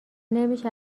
نمیشه